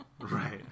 right